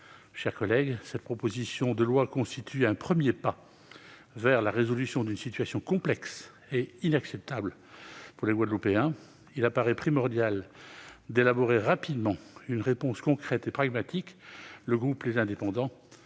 chers collègues, cette proposition de loi constitue un premier pas vers la résolution d'une situation complexe et inacceptable pour les Guadeloupéens. Il paraît primordial d'élaborer rapidement une réponse concrète et pragmatique. Les élus du groupe Les Indépendants